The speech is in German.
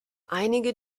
einige